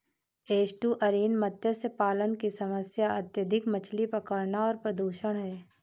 estuarine मत्स्य पालन की समस्या अत्यधिक मछली पकड़ना और प्रदूषण है